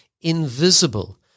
invisible